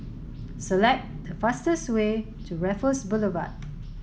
select the fastest way to Raffles Boulevard